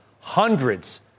hundreds